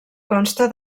consta